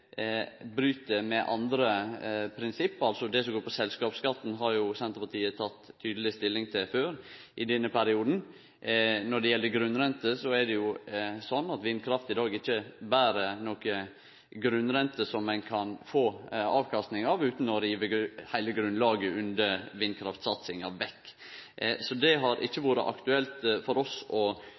bryt med andre prinsipp. Når det gjeld selskapsskatten, har Senterpartiet teke tydeleg stilling til den tidlegare i denne perioden. Når det gjeld grunnrente, er det jo sånn at vindkraft i dag ikkje ber noko grunnrente som ein kan få avkastning av, utan å rive vekk heile grunnlaget for vindkraftsatsinga. Så det har det ikkje vore aktuelt for oss å